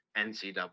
NCAA